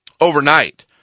overnight